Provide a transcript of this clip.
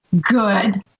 good